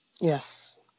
Yes